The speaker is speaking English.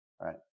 right